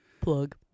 plug